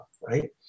right